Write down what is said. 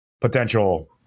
potential